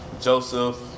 Joseph